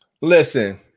Listen